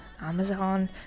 Amazon